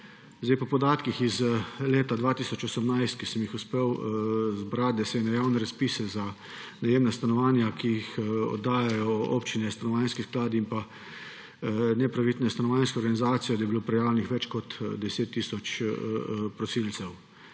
Po podatkih iz leta 2018, ki sem jih uspel zbrati, se je na javne razpise za najemna stanovanja, ki jih oddajajo občine, stanovanjski skladi in neprofitne stanovanjske organizacije, prijavilo več kot 10 tisoč prosilcev.